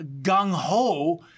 gung-ho